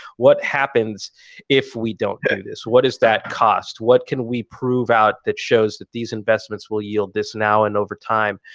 what happens if we don't do this? what is that cost? what can we prove out that shows that these investments will yield this now and over time?